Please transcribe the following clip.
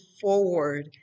forward